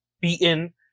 beaten